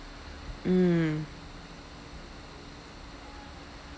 mm